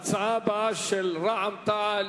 ההצעה הבאה, של רע"ם-תע"ל.